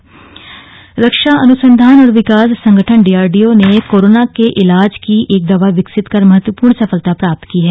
corona इलाज रक्षा अनुसंधान और विकास संगठन डीआरडीओ ने कोरोना के इलाज की एक दवा विकसित कर महत्वपूर्ण सफलता प्राप्त की है